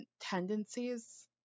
tendencies